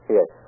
Yes